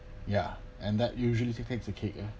ya and that usually takes the cake uh